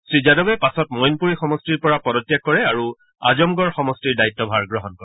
শ্ৰীযাদৱে পাছত মইণপুৰি সমষ্টিৰ পৰা পদত্যাগ কৰে আৰু আজমগড় সমষ্টিৰ দায়িত্বভাৰ গ্ৰহণ কৰে